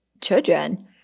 children